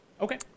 okay